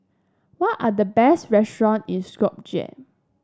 what are the best restaurant in Skopje